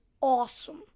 awesome